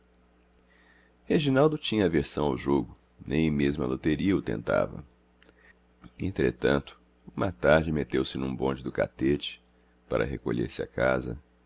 reginaldo tinha aversão ao jogo nem mesmo a loteria o tentava entretanto uma tarde meteu-se num bonde do catete para recolher-se à casa